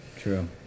True